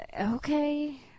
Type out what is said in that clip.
Okay